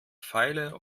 feile